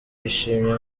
yashimye